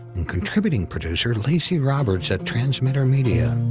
and contributing producer lacy roberts at transmitter media.